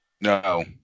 No